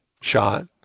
shot